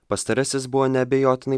pastarasis buvo neabejotinai